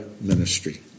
ministry